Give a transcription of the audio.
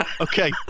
okay